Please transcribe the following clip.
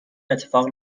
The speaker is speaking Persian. اتفاق